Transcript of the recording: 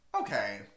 okay